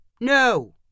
No